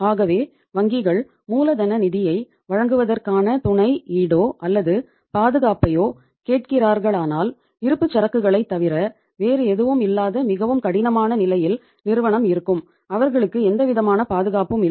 ஆகவே வங்கிகள் மூலதன நிதியை வழங்குவதற்கான துணை ஈடோ அல்லது பாதுகாப்பையோ கேட்கிறார்களானால் இருப்புச்சரக்குகளைத் தவிர வேறு எதுவும் இல்லாத மிகவும் கடினமான நிலையில் நிறுவனம் இருக்கும் அவர்களுக்கு எந்தவிதமான பாதுகாப்பும் இல்லை